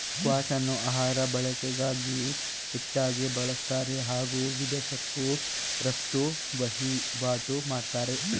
ಸ್ಕ್ವಾಷ್ಅನ್ನ ಆಹಾರ ಬಳಕೆಗಾಗಿ ಹೆಚ್ಚಾಗಿ ಬಳುಸ್ತಾರೆ ಹಾಗೂ ವಿದೇಶಕ್ಕೂ ರಫ್ತು ವಹಿವಾಟು ಮಾಡ್ತಾರೆ